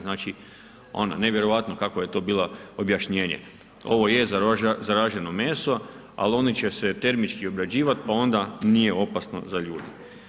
Znači, nevjerojatno kako je to bilo objašnjenje, ovo je zaraženo meso, ali oni će se termički obrađivati pa onda nije opasno za ljude.